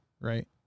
right